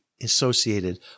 Associated